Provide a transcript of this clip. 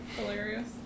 hilarious